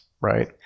right